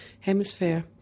hemisphere